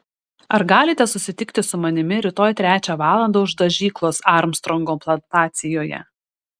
ar galite susitikti su manimi rytoj trečią valandą už dažyklos armstrongo plantacijoje